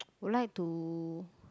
would like to